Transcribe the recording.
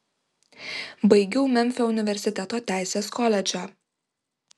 baigiau memfio universiteto teisės koledžą